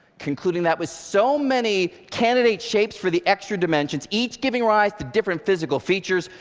concluding that was so many candidate shapes for the extra dimensions, each giving rise to different physical features,